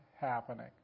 happening